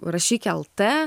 rašyk lt